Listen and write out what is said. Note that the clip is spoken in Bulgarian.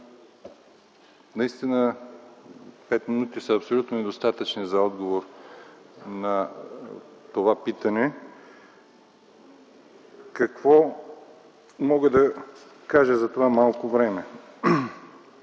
Пет минути са абсолютно недостатъчни за отговор на това питане. Какво мога да кажа за това малко време?